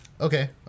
Okay